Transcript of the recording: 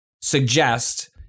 suggest